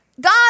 God